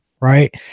right